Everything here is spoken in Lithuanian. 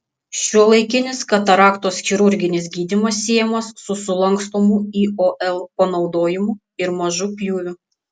šiuolaikinis kataraktos chirurginis gydymas siejamas su sulankstomų iol panaudojimu ir mažu pjūviu